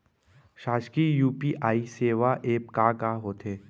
शासकीय यू.पी.आई सेवा एप का का होथे?